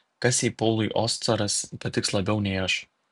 kas jei paului oscaras patiks labiau nei aš